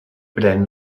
pren